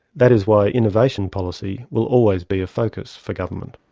that is why innovation policy will always be a focus for government.